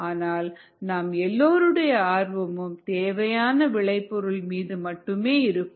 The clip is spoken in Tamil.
ஆனால் நம் எல்லோருடைய ஆர்வமும் தேவையான விளைபொருள் மீது மட்டுமே இருக்கும்